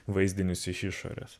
vaizdinius iš išorės